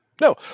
No